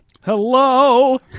Hello